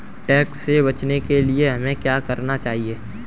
Tax से बचने के लिए हमें क्या करना चाहिए?